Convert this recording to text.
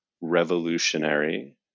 revolutionary